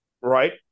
Right